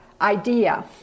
idea